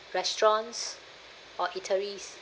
restaurants or eateries